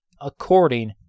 according